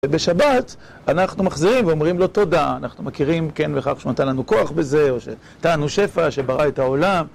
ובשבת אנחנו מחזירים ואומרים לו תודה, אנחנו מכירים כן וכך, שנתן לנו כוח בזה, או שנתן לנו שפע, שברא את העולם.